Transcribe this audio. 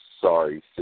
sorry